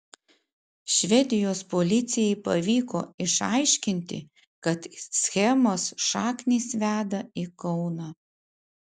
švedijos policijai pavyko išaiškinti kad schemos šaknys veda į kauną